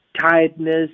tiredness